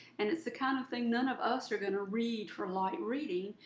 and it's the kind of thing none of us are going to read for light reading,